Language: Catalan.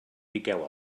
piqueu